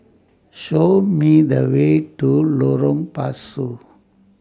Show Me The Way to Lorong Pasu